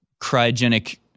cryogenic